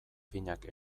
finak